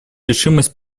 решимость